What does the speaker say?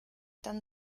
dann